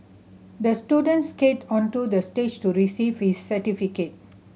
the student skated onto the stage to receive his certificate